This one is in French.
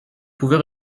pouvait